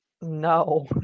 No